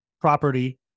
property